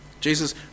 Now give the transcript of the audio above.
Jesus